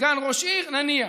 כסגן ראש עיר, נניח.